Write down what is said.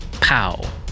Pow